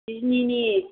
बिजनिनि